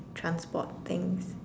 transport things